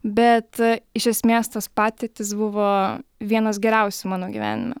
bet iš esmės tos patirtys buvo vienos geriausių mano gyvenime